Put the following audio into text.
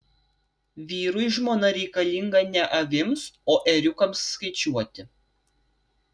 vyrui žmona reikalinga ne avims o ėriukams skaičiuoti